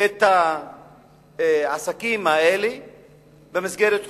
את העסקים האלה במסגרת חוק,